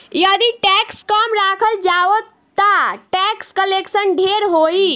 यदि टैक्स कम राखल जाओ ता टैक्स कलेक्शन ढेर होई